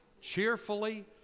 cheerfully